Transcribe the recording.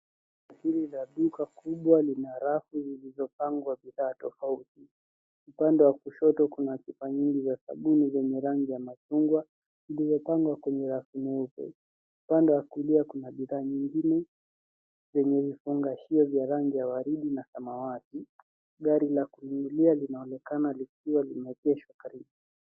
Chini ya duka kubwa lina rafu zilizo pangwa bidhaa tofauti. Upande wa kushoto kuna chupa nyingi za sabuni zenye rangi ya machungwa zilizopangwa kwenye rafu nye. Upande wa kulia bidhaa nyingine zenye vifungashio vyenye rangi ya waridi na samawati. Gari la kuinulia linaonekana limeegeshwa karibu.